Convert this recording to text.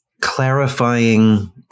clarifying